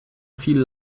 viel